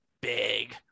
big